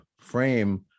frame